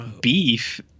Beef